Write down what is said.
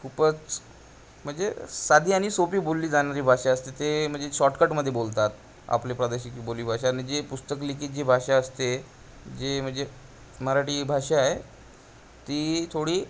खूपच म्हणजे साधी आणि सोपी बोलली जाणारी भाषा असते ते म्हणजे शॉर्टकटमध्ये बोलतात आपले प्रादेशिक बोली भाषा आणि जे पुस्तक लिखीत जी भाषा असते जी म्हणजे मराठी भाषा आहे ती थोडी